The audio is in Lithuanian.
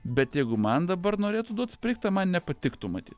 bet jeigu man dabar norėtų duot sprigtą man nepatiktų matyt